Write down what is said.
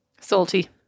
Salty